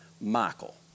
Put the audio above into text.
Michael